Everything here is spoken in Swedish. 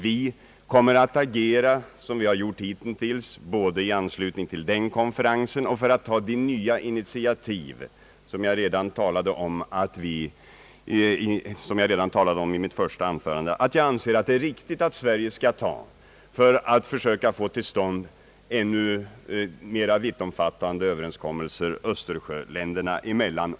Vi kommer att agera som vi har gjort hittills, både i anslutning till denna konferens och när det gäller att ta de nya initiativ som jag redan i mitt första anförande redogjorde för, nämligen att Sverige skall försöka få till stånd ännu mer vittomfattande överenskommelser Ööstersjöländerna emellan.